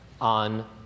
on